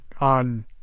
on